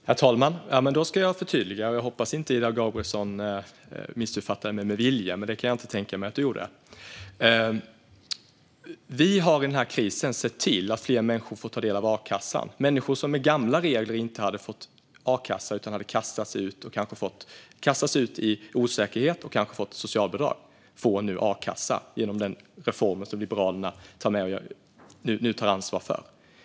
Herr talman! Då ska jag förtydliga. Jag hoppas att Ida Gabrielsson inte missuppfattade mig med vilja, men det kan jag inte tänka mig att hon gjorde. Vi har i den här krisen sett till att fler människor får ta del av a-kassan. Människor som med de gamla reglerna inte hade fått a-kassa utan hade kastats ut i osäkerhet och kanske fått socialbidrag får nu a-kassa genom den reform som Liberalerna nu tar ansvar för.